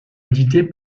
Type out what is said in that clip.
édité